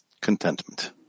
contentment